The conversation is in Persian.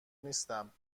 نیستم